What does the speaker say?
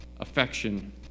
affection